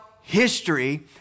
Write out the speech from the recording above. history